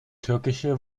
türkische